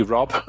Rob